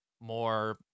more